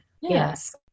Yes